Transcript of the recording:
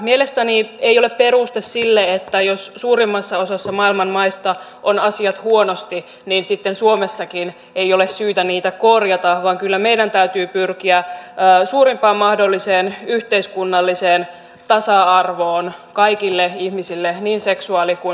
mielestäni ei ole peruste se että jos suurimmassa osassa maailman maista on asiat huonosti niin sitten suomessakaan ei ole syytä niitä korjata vaan kyllä meidän täytyy pyrkiä suurimpaan mahdolliseen yhteiskunnalliseen tasa arvoon kaikille ihmisille niin seksuaali kuin sukupuolivähemmistöillekin